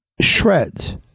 shreds